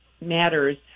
matters